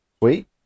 Wait